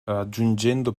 raggiungendo